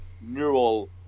neural